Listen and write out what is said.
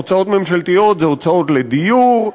הוצאות ממשלתיות זה הוצאות לדיור,